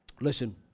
Listen